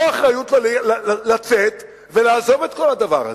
או אחריות לצאת ולעזוב את כל הדבר הזה,